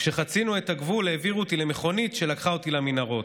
וכשחצינו את הגבול העבירו אותי למכונית שלקחה אותי למנהרות.